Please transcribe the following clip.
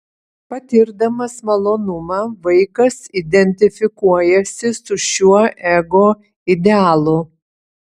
patirdamas malonumą vaikas identifikuojasi su šiuo ego idealu